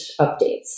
updates